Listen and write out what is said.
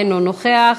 אינו נוכח,